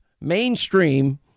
mainstream